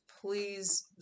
please